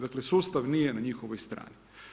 Dakle sustav nije na njihovoj strani.